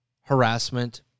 harassment